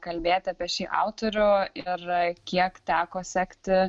kalbėti apie šį autorių ir kiek teko sekti